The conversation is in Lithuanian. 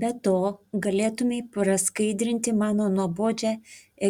be to galėtumei praskaidrinti mano nuobodžią